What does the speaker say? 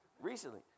Recently